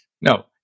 No